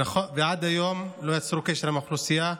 עד היום לא יצרו קשר עם האוכלוסייה,